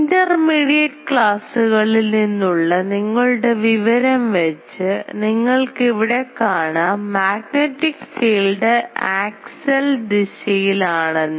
intermediate ക്ലാസുകളിൽ നിന്നുള്ള നിങ്ങളുടെ വിവരം വെച്ച് നിങ്ങൾക്ക് ഇവിടെ കാണാം മാഗ്നെറ്റിക് ഫീൽഡ് ആക്സെൽ ദിശയിൽ ആണെന്ന്